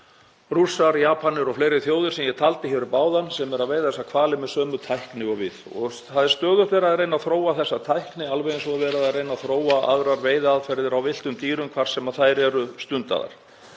Rússar, Japanir og fleiri þjóðir sem ég taldi hér upp áðan sem veiða þessa hvali með sömu tækni og við. Það er stöðugt verið að reyna að þróa þessa tækni alveg eins og verið er að reyna að þróa aðrar veiðiaðferðir á villtum dýrum hvar sem þær eru stundaðar.